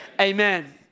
amen